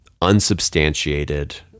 unsubstantiated